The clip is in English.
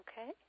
Okay